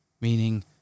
meaning